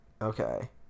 okay